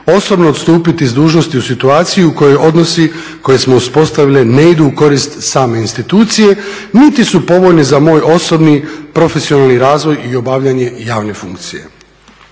osobno odstupiti s dužnosti u situaciji u kojoj odnosi koje smo uspostavile ne idu u korist same institucije, niti su povoljni za moj osobni, profesionalni razvoj i obavljanje javne funkcije."